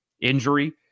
injury